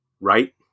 right